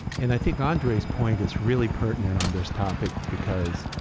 and i think andre's point is really pertinent on this topic. because